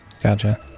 Gotcha